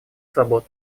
свобод